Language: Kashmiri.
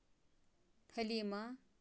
حلیٖمہ